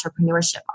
entrepreneurship